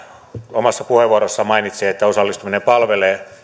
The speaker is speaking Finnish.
omassa puheenvuorossaan mainitsi että osallistuminen palvelee